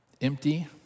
empty